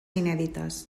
inèdites